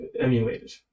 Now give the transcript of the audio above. emulated